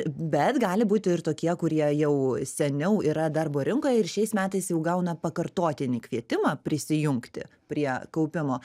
bet gali būti ir tokie kurie jau seniau yra darbo rinkoje ir šiais metais jau gauna pakartotinį kvietimą prisijungti prie kaupimo